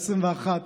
העשרים-ואחת,